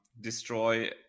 destroy